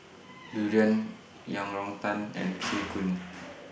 Durian Yang Rou Tang and Soon Kuih